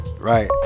Right